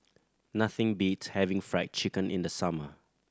nothing beats having Fried Chicken in the summer